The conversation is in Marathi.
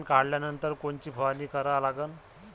तन काढल्यानंतर कोनची फवारणी करा लागन?